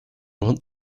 want